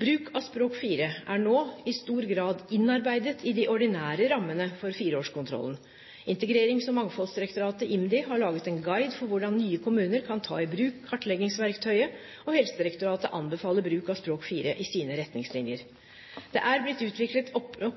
Bruk av Språk 4 er nå i stor grad innarbeidet i de ordinære rammene for fireårskontrollen. Integrerings- og mangfoldsdirektoratet, IMDi, har laget en guide for hvordan nye kommuner kan ta i bruk kartleggingsverktøyet, og Helsedirektoratet anbefaler bruk av Språk 4 i sine retningslinjer. Det er blitt utviklet